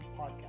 podcast